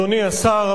אדוני השר,